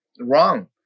wrong